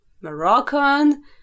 Moroccan